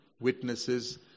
Witnesses